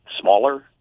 smaller